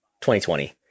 2020